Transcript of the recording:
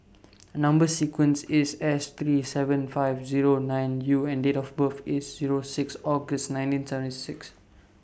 Number sequence IS S three seven five Zero nine U and Date of birth IS Zero six August nineteen seventy six